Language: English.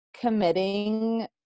committing